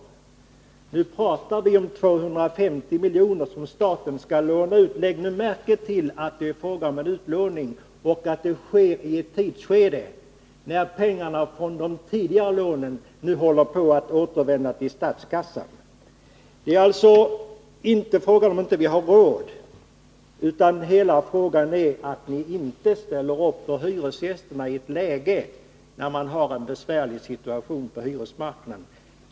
Vad vi nu pratar om är att staten skall låna ut 250 miljoner. Lägg märke till att det är fråga om en utlåning och att det sker i ett läge när pengarna från de tidigare lånen håller på att återvända till statskassan! Det är alltså inte fråga om att vi inte har råd utan om att ni inte ställer upp för hyresgästerna i ett besvärligt läge på hyresmarknaden.